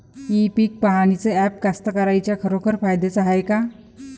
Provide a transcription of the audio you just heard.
इ पीक पहानीचं ॲप कास्तकाराइच्या खरोखर फायद्याचं हाये का?